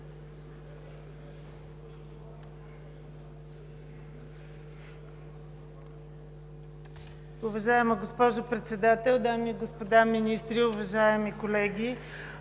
Уважаема госпожо Председател, дами и господа министри, уважаеми колеги!